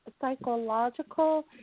psychological